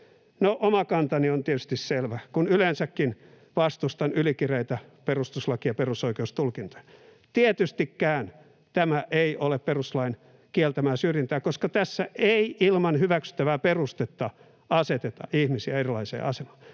Oma kantani on tietysti selvä, kun yleensäkin vastustan ylikireitä perustuslaki- ja perusoikeustulkintoja. Tietystikään tämä ei ole perustuslain kieltämää syrjintää, koska tässä ei ilman hyväksyttävää perustetta aseteta ihmisiä erilaiseen asemaan.